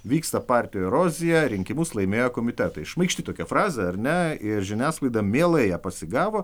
vyksta partijų erozija rinkimus laimėjo komitetai šmaikšti tokia fraze ar ne ir žiniasklaida mielai ją pasigavo